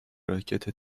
راکت